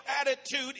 attitude